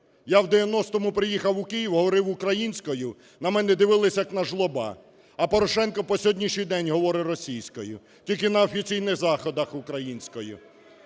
Я в 90-му приїхав у Київ, говорив українською, на мене дивилися, як на жлоба. А Порошенко по сьогоднішній день говорить російською, тільки на офіційних заходах – українською.